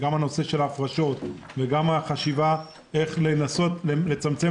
ההפרשות והחשיבה איך לנסות לצמצם